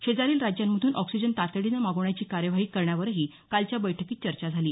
शेजारील राज्यांमधून ऑक्सिजन तातडीने मागवण्याची कार्यवाही करण्यावरही कालच्या बैठकीत चर्चा झाली